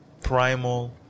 primal